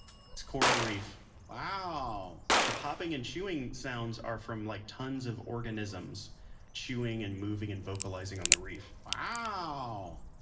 coral reef wow the popping and chewing sounds are from like tons of organisms chewing and moving and vocalizing on the reef wow